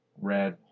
red